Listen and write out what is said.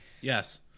Yes